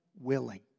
willing